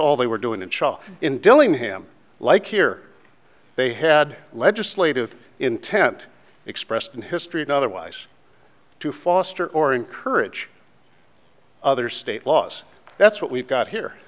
all they were doing and shaw in dillingham like here they had legislative intent expressed in history and otherwise to foster or encourage other state laws that's what we've got here